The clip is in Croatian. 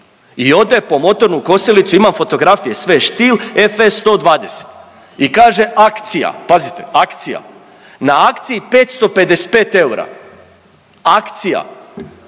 i ode po motornu kosilicu, imam fotografije sve, Stihl FS 120 i kaže akcija, pazite akcija, na akciji 555 eura, akcija